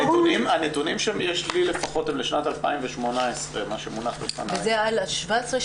הנתונים שיש לי הם לשנת 2018. מה שמונח בפניי --- וזה על 2016,